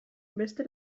beste